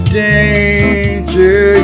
danger